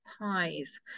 pies